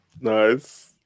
Nice